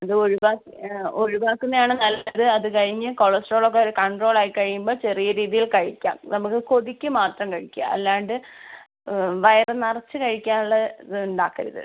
അത് ഒഴിവാക്കി ഒഴിവാക്കുന്നതാണ് നല്ലത് അത് കഴിഞ്ഞ് കൊളസ്ട്രോൾ ഒക്കെ ഒരു കണ്ട്രോൾ ആയി കഴിയുമ്പോൾ ചെറിയ രീതിയിൽ കഴിക്കാം നമുക്ക് കൊതിക്ക് മാത്രം കഴിക്കുക അല്ലാണ്ട് വയർ നിറച്ച് കഴിക്കാൻ ഉള്ള ഇത് ഉണ്ടാക്കരുത്